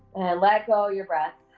let go of your breath.